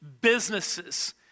businesses